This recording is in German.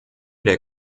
der